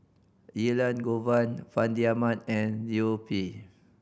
Elangovan Fandi Ahmad and Liu Peihe